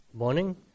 morning